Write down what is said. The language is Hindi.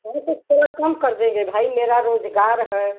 हाँ तो थोड़ा कम कर देंगे भाई मेरा रोज़गार है